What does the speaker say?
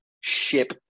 ship